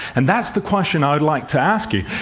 and that's the question i'd like to ask you.